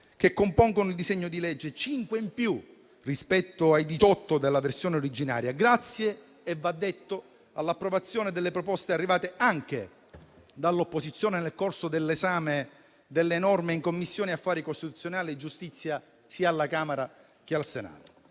che compongono il disegno di legge, rispetto ai diciotto della versione originaria, grazie - va detto - all'approvazione delle proposte arrivate anche dall'opposizione nel corso dell'esame delle norme nelle Commissioni affari costituzionali e giustizia sia alla Camera sia al Senato.